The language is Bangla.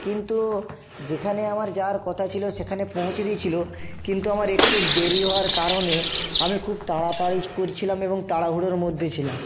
কিন্তু যেখানে আমার যাওয়ার কথা ছিল সেখানে পৌঁছে দিয়েছিল কিন্তু আমার একটু দেরি হওয়ার কারণে আমি খুব তাড়াতাড়ি করছিলাম এবং তাড়াহুড়োর মধ্যে ছিলাম